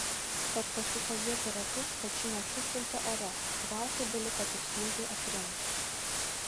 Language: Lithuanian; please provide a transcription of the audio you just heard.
tad pasuko ietį ratu kad ši net sušvilpė ore ir ralfui beliko tik smūgį atremti